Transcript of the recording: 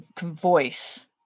voice